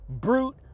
brute